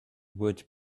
would